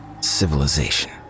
Civilization